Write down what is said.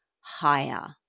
higher